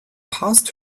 passed